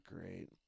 great